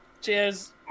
Cheers